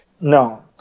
No